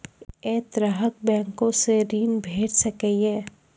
ऐ तरहक बैंकोसऽ ॠण भेट सकै ये?